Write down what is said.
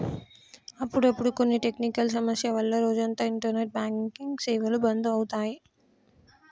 అప్పుడప్పుడు కొన్ని టెక్నికల్ సమస్యల వల్ల రోజంతా ఇంటర్నెట్ బ్యాంకింగ్ సేవలు బంధు అవుతాయి